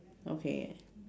okay